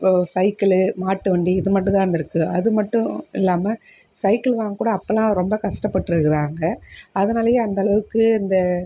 ஓ cycle மாட்டு வண்டி இது மட்டுந்தான் இருந்துருக்கு அது மட்டும் இல்லாமல் சைக்கிள் வாங்கக்கூட அப்போலாம் ரொம்ப கஷ்டப்பட்டு இருக்கிறாங்க அதனாலையே அந்தளவுக்கு இந்த